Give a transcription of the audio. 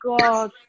God